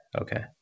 okay